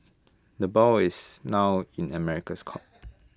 the ball is now in America's court